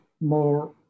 more